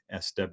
SW